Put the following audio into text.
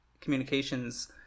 communications